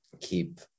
keep